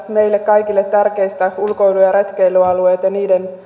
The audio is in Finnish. meille kaikille tärkeistä ulkoilu ja retkeilyalueista ja niiden